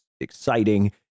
exciting